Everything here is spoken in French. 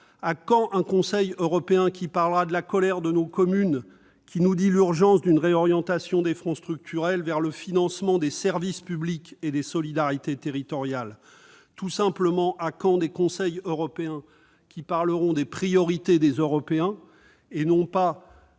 À quand un Conseil européen qui parlera de la colère de nos communes, laquelle nous dit l'urgence d'une réorientation des fonds structurels vers le financement des services publics et des solidarités territoriales ? À quand, tout simplement, des Conseils européens qui porteront sur les priorités des Européens, loin des